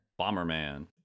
Bomberman